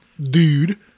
dude